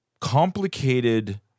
complicated